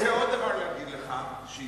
אני רוצה להגיד לך עוד דבר,